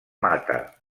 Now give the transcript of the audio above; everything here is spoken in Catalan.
mata